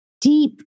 deep